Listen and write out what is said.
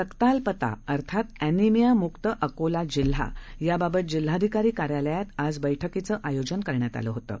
रक्ताल्पता अर्थात अँनिमिया मुक्त अकोला जिल्हा याबाबत जिल्हाधिकारी कार्यालयात बैठकीचं आयोजन करण्यात आलं होतं